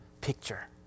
picture